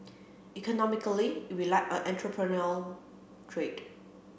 economically it relied on entrepreneurial trade